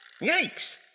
Yikes